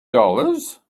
dollars